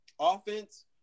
offense